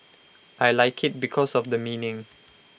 I Like IT because of the meaning